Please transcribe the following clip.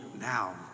now